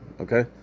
okay